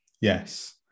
Yes